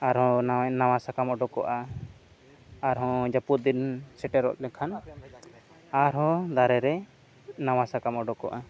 ᱟᱨᱦᱚᱸ ᱱᱟᱣᱟ ᱥᱟᱠᱟᱢ ᱚᱰᱚᱠᱚᱜᱼᱟ ᱟᱨᱦᱚᱸ ᱡᱟᱹᱯᱩᱫ ᱫᱤᱱ ᱥᱮᱴᱮᱨᱚᱜ ᱞᱮᱠᱷᱟᱱ ᱟᱨᱦᱚᱸ ᱫᱟᱨᱮ ᱨᱮ ᱱᱟᱣᱟ ᱥᱟᱠᱟᱢ ᱚᱰᱚᱠᱚᱜᱼᱟ